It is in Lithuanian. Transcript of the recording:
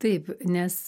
taip nes